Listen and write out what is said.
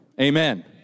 Amen